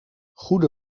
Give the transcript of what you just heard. goede